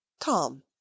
calm